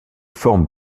formes